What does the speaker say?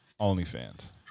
OnlyFans